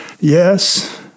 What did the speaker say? yes